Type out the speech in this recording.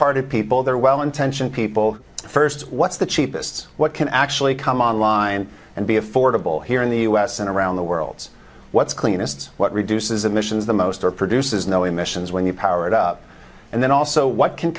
hearted people they're well intentioned people first what's the cheapest what can actually come online and be affordable here in the u s and around the world's what's cleanest what reduces emissions the most are produces no emissions when you power it up and then also what can